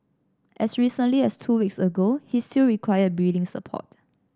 as recently as two weeks ago he still required breathing support